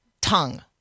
tongue